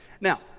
Now